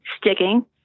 sticking